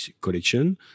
collection